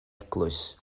eglwys